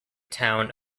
town